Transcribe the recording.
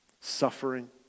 suffering